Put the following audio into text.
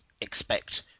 expect